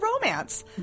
romance